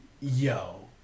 Yo